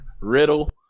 Riddle